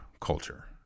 culture